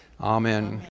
Amen